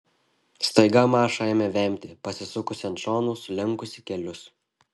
staiga maša ėmė vemti pasisukusi ant šono sulenkusi kelius